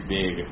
big